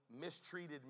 mistreated